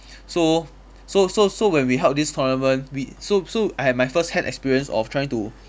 so so so so when we held this tournament we so so I had my firsthand experience of trying to